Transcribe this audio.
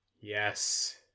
Yes